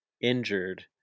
injured